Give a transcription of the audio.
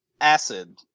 acid